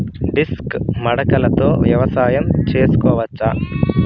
Disc మడకలతో వ్యవసాయం చేసుకోవచ్చా??